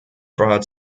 brought